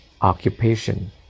occupation